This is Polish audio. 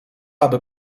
aby